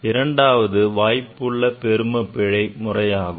இரண்டாவது வாய்ப்புள்ள பெரும பிழை முறை ஆகும்